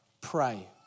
pray